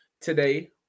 today